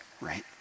right